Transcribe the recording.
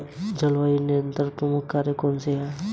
जलवायु नियंत्रण के दो प्रमुख कारक कौन से हैं?